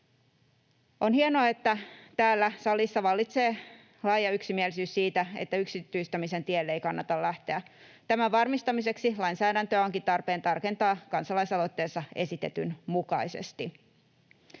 On hienoa, että täällä salissa vallitsee laaja yksimielisyys siitä, että yksityistämisen tielle ei kannata lähteä. Tämän varmistamiseksi lainsäädäntöä onkin tarpeen tarkentaa kansalaisaloitteessa esitetyn mukaisesti.